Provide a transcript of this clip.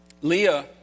Leah